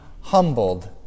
humbled